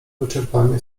wyczerpanie